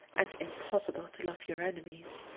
and impossible to love your enemies.